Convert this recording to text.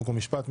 חוק ומשפט.